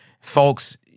Folks